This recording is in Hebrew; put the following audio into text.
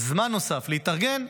זמן נוסף להתארגן,